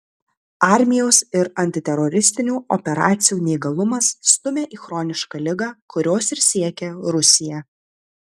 armijos ir antiteroristinių operacijų neįgalumas stumia į chronišką ligą kurios ir siekia rusija